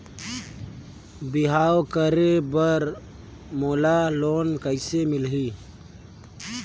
बिहाव करे बर मोला लोन कइसे मिलही?